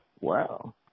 Wow